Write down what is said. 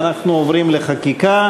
ואנחנו עוברים לחקיקה.